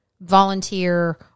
volunteer